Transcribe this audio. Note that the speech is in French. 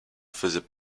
faisait